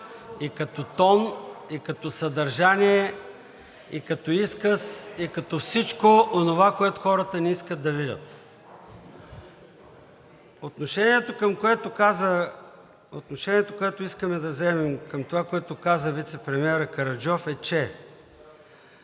и като тон, и като съдържание, и като изказ, и като всичко онова, което хората не искат да видят. Отношението, което искаме да вземем към това, което каза вицепремиерът Караджов, е, че